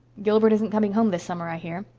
gilbert isn't coming home this summer, i hear,